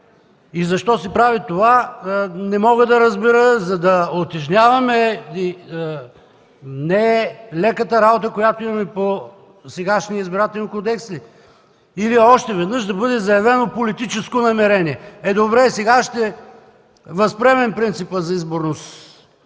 И защо се прави това не мога да разбера – за да утежняваме не леката работа, която имаме по сегашния Избирателен кодекс ли? Или още веднъж да бъде заявено политическо намерение? Е, добре. Сега ще възприемем принципа за изборност